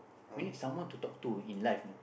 we need someone to talk to in life you know